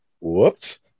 Whoops